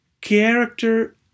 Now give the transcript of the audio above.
character